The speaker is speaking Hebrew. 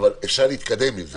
אפשר להתקדם עם זה.